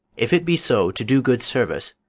if it be so to do good service,